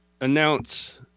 announce